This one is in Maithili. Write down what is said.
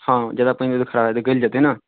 हँ ज्यादा पानि देबै तऽ खराब भऽ जेतै गैल जेतै ने